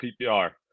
PPR